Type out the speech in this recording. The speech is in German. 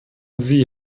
sie